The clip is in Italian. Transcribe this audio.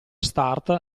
start